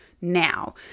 now